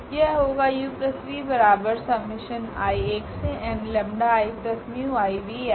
यह होगा SPAN𝑆